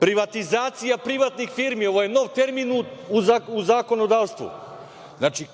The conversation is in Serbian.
privatizacija privatnih firmi. Ovo je nov termin u zakonodavstvu. Znači,